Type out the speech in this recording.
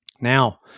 Now